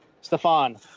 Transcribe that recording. Stefan